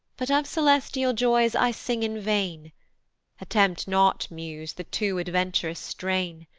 but of celestial joys i sing in vain attempt not, muse, the too advent'rous strain.